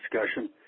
discussion